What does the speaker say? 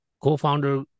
Co-founder